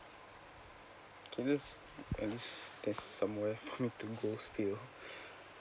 mm can we just as this as somewhere need to go still